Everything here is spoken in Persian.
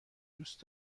دوست